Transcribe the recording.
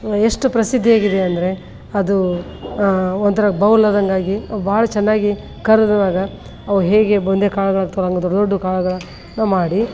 ಎಷ್ಟು ಪ್ರಸಿದ್ಧಿಯಾಗಿದೆ ಅಂದರೆ ಅದು ಒಂಥರ ಬೌಲಾದಂಗಾಗಿ ಭಾಳ ಚೆನ್ನಾಗಿ ಕರೆದುವಾಗ ಅವು ಹೇಗೆ ಬೂಂದಿ ಕಾಳುಗಳಾಗ್ತವೆ ದೊಡ್ಡ ದೊಡ್ಡ ಕಾಳುಗಳನ್ನು ಮಾಡಿ